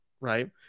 right